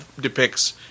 depicts